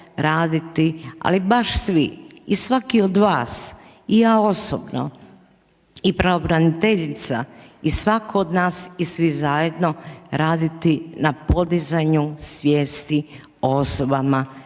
raditi, ali baš svi i svaki od vas i ja osobno i pravobraniteljica i svako od nas i svi zajedno raditi na podizanju svijesti o osobama